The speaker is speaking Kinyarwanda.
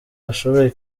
bashoboye